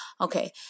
okay